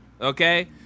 Okay